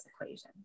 equations